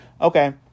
Okay